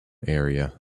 area